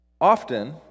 often